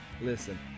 Listen